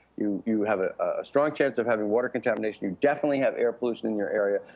you you have ah a strong chance of having water contamination, you definitely have air pollution in your area.